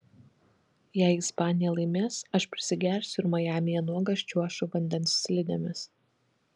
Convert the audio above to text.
jei ispanija laimės aš prisigersiu ir majamyje nuogas čiuošiu vandens slidėmis